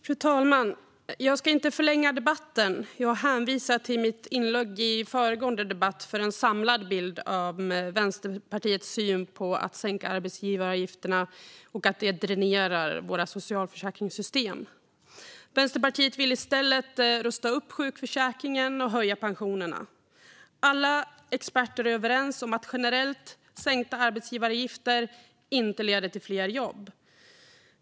Fru talman! Jag ska inte förlänga debatten utan jag hänvisar till mitt inlägg i föregående debatt för en samlad bild av Vänsterpartiets syn på att sänka arbetsgivaravgifterna och att de dränerar våra socialförsäkringssystem. Vänsterpartiet vill i stället rusta upp sjukförsäkringen och höja pensionerna. Alla experter är överens om att generellt sänkta arbetsgivaravgifter inte leder till fler jobb.